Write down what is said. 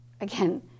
again